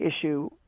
issue